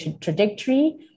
trajectory